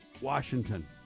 Washington